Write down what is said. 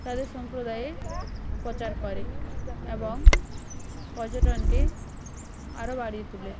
তাদের সম্প্রদায়ের প্রচার করে এবং পর্যটনকে আরও বাড়িয়ে তুলে